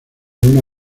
una